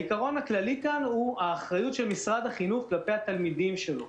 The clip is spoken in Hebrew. העיקרון הכללי כאן הוא האחריות של משרד החינוך כלפי התלמידים שלו,